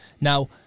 Now